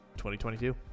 2022